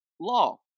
law